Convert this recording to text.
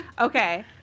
Okay